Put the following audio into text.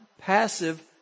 Passive